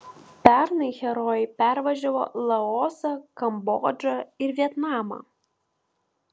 pernai herojai pervažiavo laosą kambodžą ir vietnamą